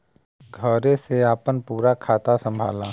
घरे से आपन पूरा खाता संभाला